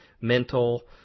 mental